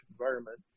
environment